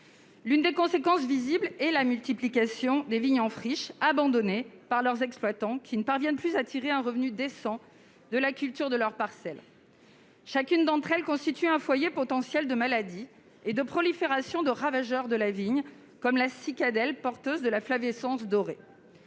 L'une des conséquences visibles de cette situation est la multiplication des vignes en friche, abandonnées par leurs exploitants, qui ne parviennent plus à tirer un revenu décent de la culture de leurs parcelles. Chacune d'entre elles constitue un foyer potentiel pour la prolifération de maladies et de ravageurs de la vigne, comme la cicadelle, porteuse de la flavescence dorée.